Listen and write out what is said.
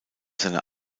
seine